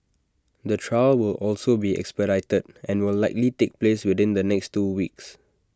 the trial will also be expedited and will likely take place within the next two weeks